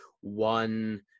one